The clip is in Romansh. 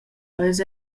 eis